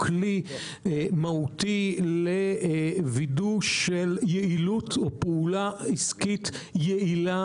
כלי מהותי לווידוא של יעילות או פעולה עסקית יעילה